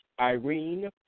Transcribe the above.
Irene